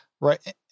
right